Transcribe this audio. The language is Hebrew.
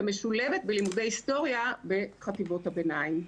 שמשולבת בלימודי היסטוריה בחטיבות הביניים.